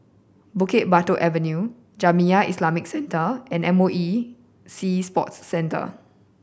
Bukit Batok Avenue Jamiyah Islamic Centre and M O E Sea Sports Centre